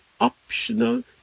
optional